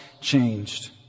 changed